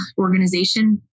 organization